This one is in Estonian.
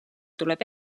tuleb